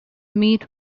meet